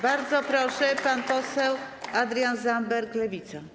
Bardzo proszę, pan poseł Adrian Zandberg, Lewica.